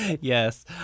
Yes